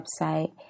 website